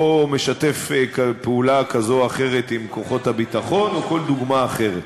או משתף פעולה כזאת או אחרת עם כוחות הביטחון או כל דוגמה אחרת.